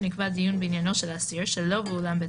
נקבע דיון בעניינו של אסיר שלא באולם בית